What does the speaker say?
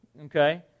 okay